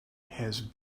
has